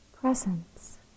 presence